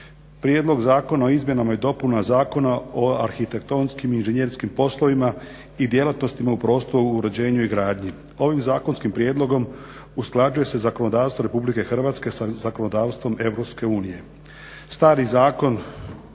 Prijedlog Zakona o izmjenama i dopunama Zakona o arhitektonskim i inženjerskim poslovima i djelatnostima u prostornom uređenju i gradnji. Ovim zakonskim prijedlogom usklađuje se zakonodavstvo RH sa zakonodavstvom EU.